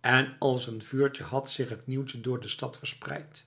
en als een vuurtje had zich het nieuwtje door de stad verspreid